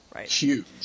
Huge